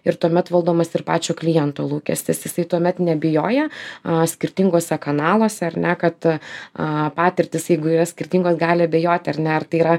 ir tuomet valdomas ir pačio kliento lūkestis jisai tuomet neabejoja a skirtinguose kanaluose ar ne kad a patirtys jeigu yra skirtingos gali abejoti ar ne ar tai yra